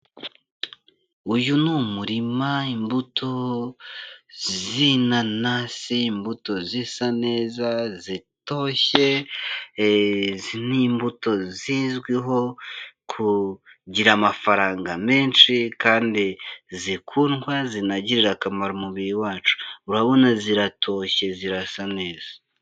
Uyu ni umurima imbuto z'inanasi, imbuto zisa neza, zitoshye, izi ni imbuto zizwi ho kugira amafaranga menshi kandi zikundwa, zinagirira akamaro umubiri wacu, urabona ziratoshye zirasa neza.